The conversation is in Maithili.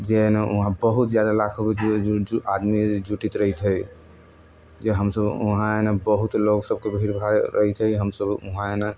जे न वहाँ बहुत ज्यादा लाखोंके भीड़ जुटि आदमी जुटैत रहैत हइ जे हमसभ वहाँ न बहुत लोगसभके भीड़भाड़ रहैत हइ हमसभ वहाँ एना